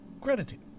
gratitude